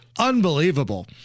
Unbelievable